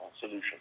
solution